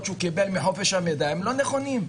שהוא קיבל מחופש המידע הם לא נכונים.